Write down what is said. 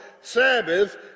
Sabbath